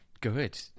good